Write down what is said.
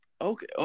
Okay